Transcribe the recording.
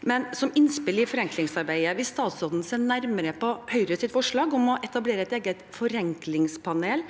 men som innspill i forenklingsarbeidet: Vil statsråden se nærmere på Høyres forslag om å etablere et eget forenklingspanel